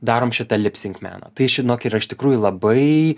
darom šitą lip sink meną tai žinok yra iš tikrųjų labai